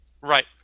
Right